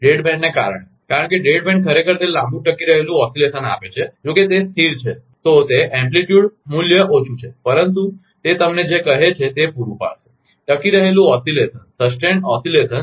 dead બેન્ડને કારણે કારણ કે ડેડ બેન્ડ ખરેખર તે લાંબું ટકી રહેલું ઓસિલેશન આપે છે જો કે તે સ્થિર છે તો તે એમપ્લીટ્યુડ મૂલ્ય ઓછું છે પરંતુ તે તમને જે કહે છે તે પૂરું પાડશે ટકી રહેલું ઓસિલેશનસસ્ટેન્ડ ઓસિલેશન